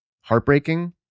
heartbreaking